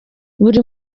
buri